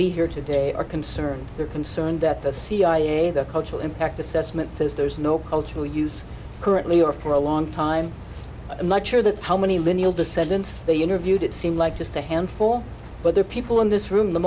be here today are concerned they're concerned that the cia the cultural impact assessment since there is no cultural use currently or for a long time i'm not sure that how many lineal descendants they interviewed it seemed like just a handful but there are people in this room